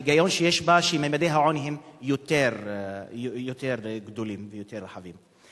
ההיגיון שיש בה הוא שממדי העוני הם יותר גדולים ויותר רחבים.